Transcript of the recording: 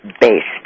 based